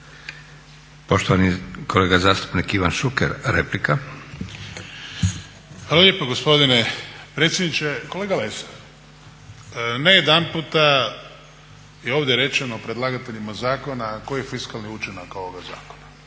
Poštovani kolega zastupnik Ivan Šuker, replika. **Šuker, Ivan (HDZ)** Hvala lijepa gospodine predsjedniče. Kolega Lesar ne jedanputa je ovdje rečeno predlagateljima zakona koji je fiskalni učinak ovoga zakona.